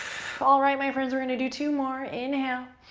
all right, my friends, we're going to do two more. inhale.